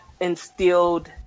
instilled